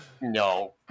No